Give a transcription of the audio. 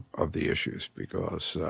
of the issues because